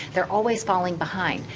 they are always falling behind.